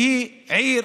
שהיא עיר